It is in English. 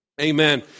amen